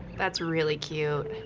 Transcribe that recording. that's really cute.